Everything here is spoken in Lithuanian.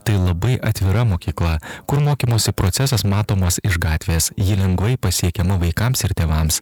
tai labai atvira mokykla kur mokymosi procesas matomas iš gatvės ji lengvai pasiekiama vaikams ir tėvams